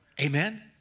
Amen